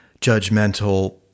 judgmental